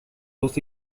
dos